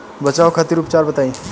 बचाव खातिर उपचार बताई?